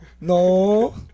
no